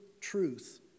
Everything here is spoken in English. truth